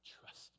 trust